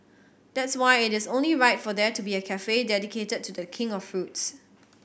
that's why it is only right for there to be a cafe dedicated to The King of fruits